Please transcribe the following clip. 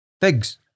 figs